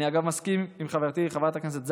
אגב, אני מסכים עם חברתי חברת הכנסת זנדברג,